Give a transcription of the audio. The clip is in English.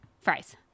Fries